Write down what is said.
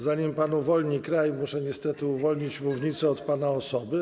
Zanim pan uwolni kraj, muszę niestety uwolnić mównicę od pana osoby.